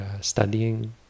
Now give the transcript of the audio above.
studying